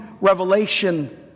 revelation